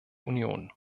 union